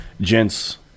Gents